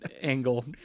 angle